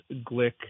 Glick